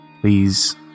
please